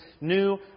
new